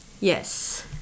Yes